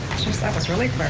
geez, that was really